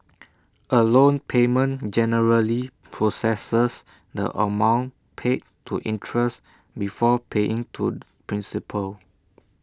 A loan payment generally processes the amount paid to interest before paying to principal